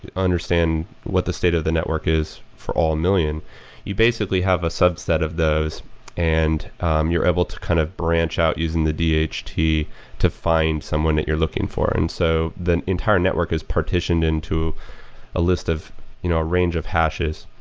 understand what the state of the network is for all million you basically have a subset of those and um you're able to kind of branch out using the dht to to find someone that you're looking for. and so the entire network is partitioned into a list of you know a range of hashes.